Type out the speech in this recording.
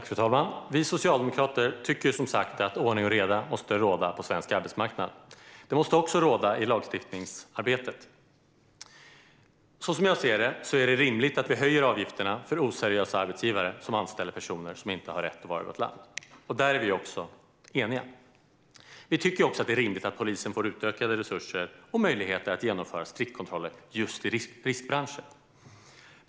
Fru talman! Vi socialdemokrater tycker, som sagt, att ordning och reda måste råda på svensk arbetsmarknad. Det måste också råda i lagstiftningsarbetet. Som jag ser det är det rimligt att höja avgifterna för oseriösa arbetsgivare som anställer personer som inte har rätt att vistas i vårt land. Där är vi också eniga. Vi tycker också att det är rimligt att polisen får utökade resurser och möjligheter att genomföra stickkontroller just i riskbranscher.